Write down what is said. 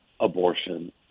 abortion